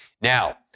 Now